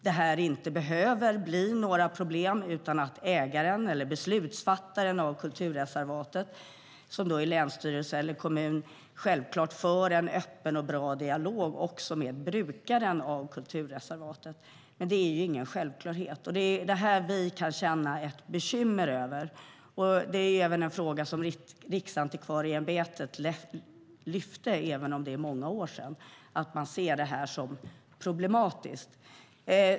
Det kan vara så att det inte blir några problem utan att beslutsfattaren över kulturreservatet, det vill säga länsstyrelse eller kommun, för en öppen och bra dialog med brukaren av kulturreservatet. Men det är ingen självklarhet. Det är detta vi är bekymrade över, och det är en fråga som Riksantikvarieämbetet har lyft fram - även om det är många år sedan - som problematisk.